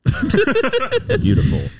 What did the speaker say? Beautiful